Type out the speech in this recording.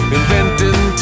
Inventing